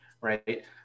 right